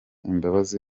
imbabazi